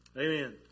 amen